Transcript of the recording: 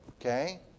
Okay